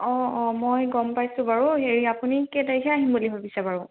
অঁ অঁ মই গম পাইছোঁ বাৰু হেৰি আপুনি কেই তাৰিখে আহিম বুলি ভাবিছে বাৰু